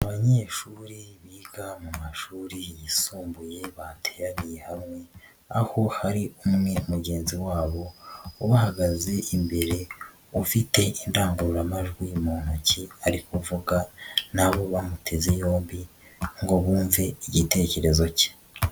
Abanyeshuri biga mu mashuri yisumbuye bateraniye hamwe aho hari umwe mugenzi wabo ubahagaze imbere ufite indangururamajwi mu ntoki ari kuvuga na bo bamuteze yombi ngo bumve igitekerezo ke.